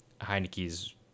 Heineke's